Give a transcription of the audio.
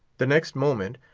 the next moment,